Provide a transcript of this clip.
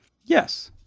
yes